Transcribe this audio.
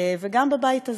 וגם בבית הזה.